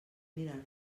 mirar